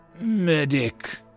Medic